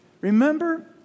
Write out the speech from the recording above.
Remember